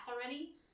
already